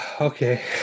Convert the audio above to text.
okay